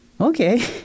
Okay